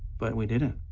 but we didn't.